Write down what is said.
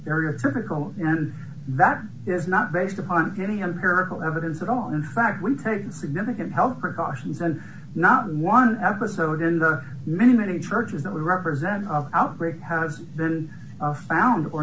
area that is not based upon any empirical evidence at all in fact we've taken significant health precautions and not one episode in the many many churches that we represent outbreak has been found or